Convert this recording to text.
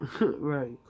Right